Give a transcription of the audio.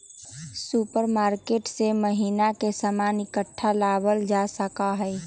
supermarket से महीना के सामान इकट्ठा लावल जा सका हई